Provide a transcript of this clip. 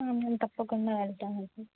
మేము తప్పకుండా వెళ్తామండి